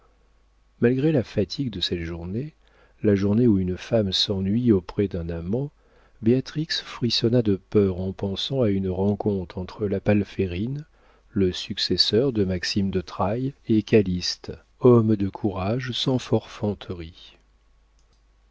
malgré la fatigue de cette journée la journée où une femme s'ennuie auprès d'un amant béatrix frissonna de peur en pensant à une rencontre entre la palférine le successeur de maxime de trailles et calyste homme de courage sans forfanterie